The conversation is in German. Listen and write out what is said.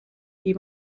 wie